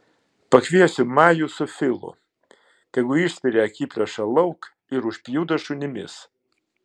pakviesiu majų su filu tegu išspiria akiplėšą lauk ir užpjudo šunimis